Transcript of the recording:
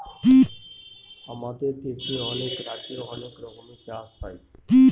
আমাদের দেশে অনেক রাজ্যে অনেক রকমের চাষ হয়